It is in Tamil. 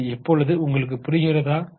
இது இப்பொழுது உங்களுக்கு புரிகிறதா